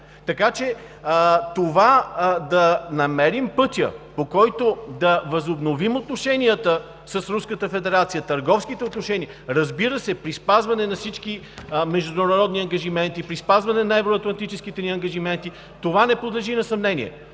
Така че да намерим пътя, по който да възобновим отношенията с Руската федерация – търговските отношения, разбира се, при спазване на всички международни ангажименти, при спазване на евроатлантическите ни ангажименти, това не подлежи на съмнение.